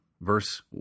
verse